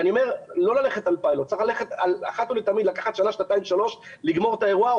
אני אומר לא ללכת על פיילוט אלא צריך אחת ולתמיד לסיים את האירוע.